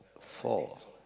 four